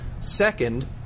Second